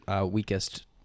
weakest